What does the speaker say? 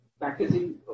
packaging